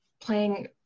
playing